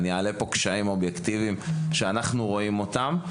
אני אעלה פה קשיים אובייקטיביים שאנחנו רואים אותם,